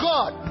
God